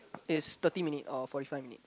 it's thirty minute or forty five minute